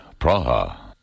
Praha